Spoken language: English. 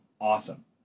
Awesome